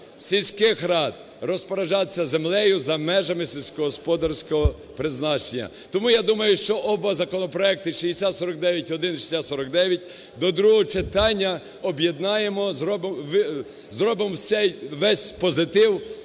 сільських рад, розпоряджатись землею за межами сільськогосподарського призначення. Тому я думаю, що обидва законопроекти – 6049-1 і 6049 – до другого читання об'єднаємо, зробимо весь позитив.